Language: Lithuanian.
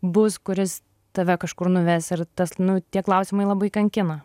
bus kuris tave kažkur nuves ir tas nu tie klausimai labai kankina